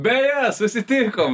beje susitikom